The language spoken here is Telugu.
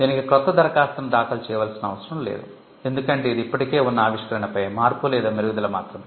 దీనికి క్రొత్త దరఖాస్తును దాఖలు చేయవలసిన అవసరం లేదు ఎందుకంటే ఇది ఇప్పటికే ఉన్న ఆవిష్కరణపై మార్పు లేదా మెరుగుదల మాత్రమే